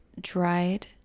dried